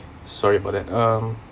sorry about that um